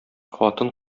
хатын